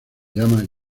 llama